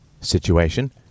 situation